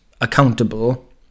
accountable